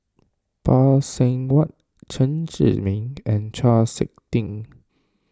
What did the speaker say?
Phay Seng Whatt Chen Zhiming and Chau Sik Ting